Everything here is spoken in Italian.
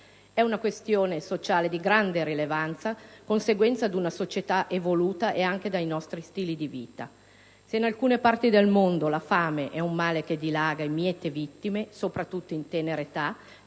È una questione sociale di grande rilevanza, conseguenza di una società evoluta ed anche dei nostri stili di vita. Se in alcune parti del mondo la fame è un male che dilaga e miete vittime soprattutto in tenera età,